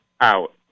out